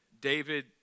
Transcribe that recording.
David